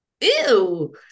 ew